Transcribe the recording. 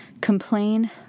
complain